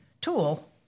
tool